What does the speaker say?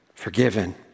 forgiven